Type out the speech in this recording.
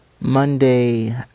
Monday